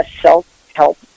self-help